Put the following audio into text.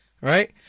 right